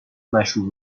مشروب